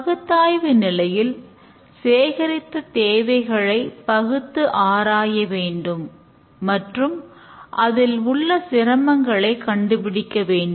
பகுத்தாய்வு நிலையில் சேகரித்த தேவைகளை பகுத்து ஆராய வேண்டும் மற்றும் அதில் உள்ள சிரமங்களை கண்டுபிடிக்க வேண்டும்